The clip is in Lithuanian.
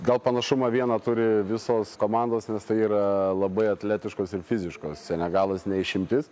gal panašumą vieną turi visos komandos nes tai yra labai atletiškos ir fiziškos senegalas ne išimtis